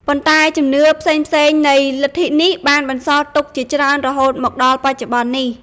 ប៉ុន្តែជំនឿផ្សេងៗនៃលទ្ធិនេះបានបន្សល់ទុកជាច្រើនរហូតមកដល់បច្ចុប្បន្ននេះ។